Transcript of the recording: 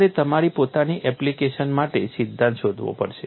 તમારે તમારી પોતાની એપ્લિકેશન માટે સિદ્ધાંત શોધવો પડશે